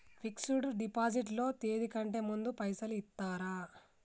Fix డ్ deposit లో తేది కంటే ముందే పైసలు ఇత్తరా?